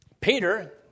Peter